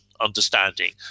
understanding